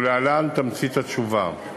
ולהלן תמצית התשובה: